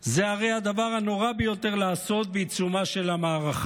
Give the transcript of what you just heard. זה הרי הדבר הנורא ביותר לעשות בעיצומה של המערכה.